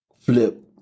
flip